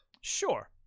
Sure